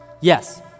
Yes